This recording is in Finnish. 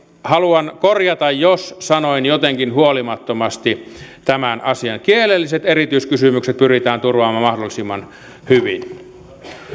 haluan korjata jos sanoin jotenkin huolimattomasti tämän asian kielelliset erityiskysymykset pyritään turvaamaan mahdollisimman hyvin